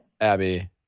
Abby